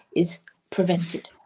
is prevented.